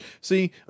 See